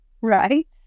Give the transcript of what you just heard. Right